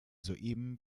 soeben